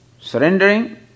surrendering